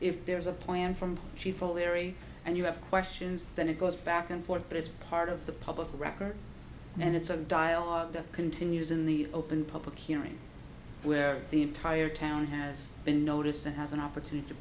if there is a plan from sheeple very and you have questions then it goes back and forth but it's part of the public record and it's a dialogue that continues in the open public hearing where the entire town has been noticed and has an opportunity to